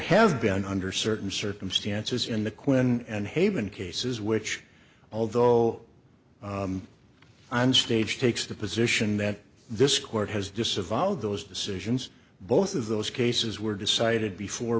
have been under certain circumstances in the quinn and haven cases which although on stage takes the position that this court has disavowed those decisions both of those cases were decided before